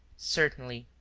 certainly.